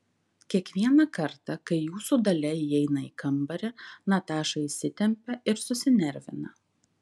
kiekvieną kartą kai jūsų dalia įeina į kambarį nataša įsitempia ir susinervina